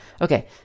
okay